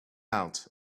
out